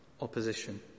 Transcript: opposition